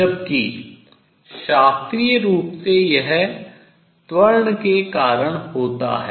जबकि शास्त्रीय रूप से यह त्वरण के कारण होता है